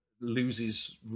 loses